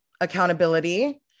accountability